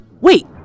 Wait